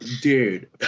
dude